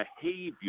behavior